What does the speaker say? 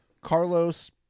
Carlos